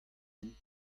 hent